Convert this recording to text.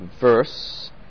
verse